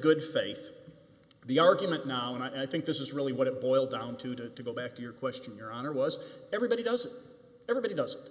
good faith the argument now and i think this is really what it boils down to to to go back to your question your honor was everybody does everybody does